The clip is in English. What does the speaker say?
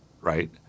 right